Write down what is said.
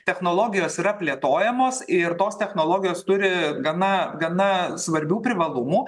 technologijos yra plėtojamos ir tos technologijos turi gana gana svarbių privalumų